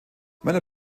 möller